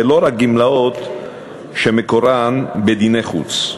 ולא רק גמלאות שמקורן בדיני חוץ.